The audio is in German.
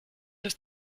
ist